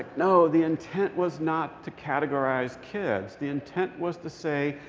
no. the intent was not to categorize kids. the intent was to say,